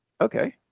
Okay